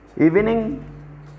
Evening